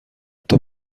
تاپ